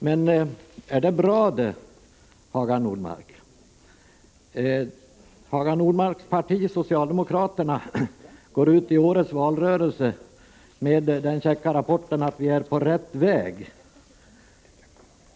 Men är det bra det, Hagar Normark? Hagar Normarks parti, socialdemokraterna, går i årets valrörelse ut med den käcka rapporten att vi är på rätt väg.